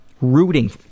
Rooting